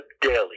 daily